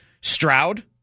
Stroud